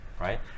right